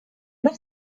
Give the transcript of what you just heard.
noch